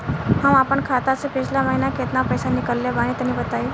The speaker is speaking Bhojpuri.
हम आपन खाता से पिछला महीना केतना पईसा निकलने बानि तनि बताईं?